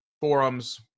forums